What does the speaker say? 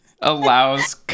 allows